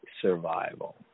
survival